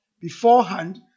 beforehand